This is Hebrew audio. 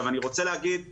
אני רוצה להגיד שברור,